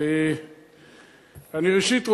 ראשית,